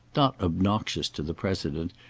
not obnoxious to the president,